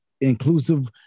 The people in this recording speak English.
inclusive